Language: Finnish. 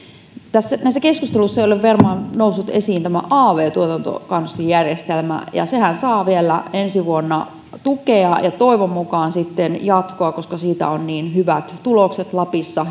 tässä keskustelussa ei ole varmaan noussut esiin av tuotantokannustinjärjestelmä sehän saa vielä ensi vuonna tukea ja toivon mukaan sitten jatkoa koska siitä on niin hyvät tulokset lapissa